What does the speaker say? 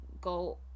go